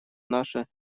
наша